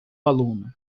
aluno